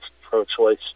pro-choice